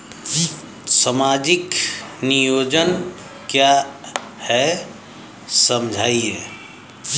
सामाजिक नियोजन क्या है समझाइए?